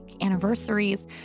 anniversaries